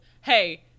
Hey